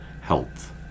health